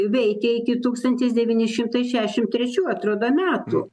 veikė iki tūkstantis devyni šimtai šešiasdešim trečių atrodo metų